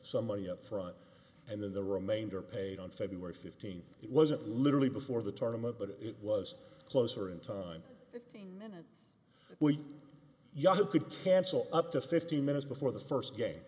some money upfront and then the remainder paid on february fifteenth it wasn't literally before the tournament but it was closer in time we could cancel up to fifteen minutes before the first game